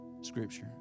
scripture